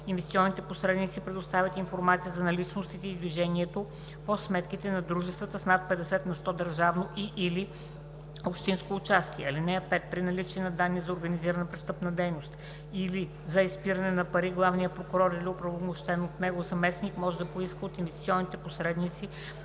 инвестиционните посредници предоставят информация за наличностите и движението по сметките на дружествата с над 50 на сто държавно и/или общинско участие. (5) При наличие на данни за организирана престъпна дейност или за изпиране на пари главният прокурор или оправомощен от него заместник може да поиска от инвестиционните посредници